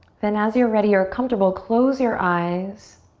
then, as you're ready or comfortable, close your eyes.